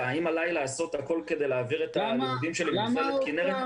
והאם עליהם לעשות הכול כדי לעבור ללמוד במכללת תל חי.